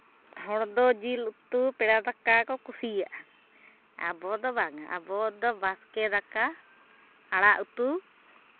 ᱦᱚᱲ ᱫᱚ ᱡᱤᱞ ᱩᱛᱩ ᱯᱮᱲᱟ ᱫᱟᱠᱟ ᱠᱚ ᱠᱩᱥᱤᱭᱟᱜᱼᱟ ᱟᱵᱚᱫᱚ ᱵᱟᱝᱼᱟ ᱟᱵᱚᱫᱚ ᱵᱟᱥᱠᱮ ᱫᱟᱠᱟ ᱟᱲᱟᱜ ᱩᱛᱩ